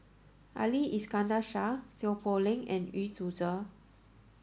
Ali Iskandar Shah Seow Poh Leng and Yu Zhuye